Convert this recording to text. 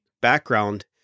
background